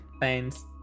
Thanks